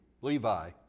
Levi